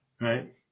right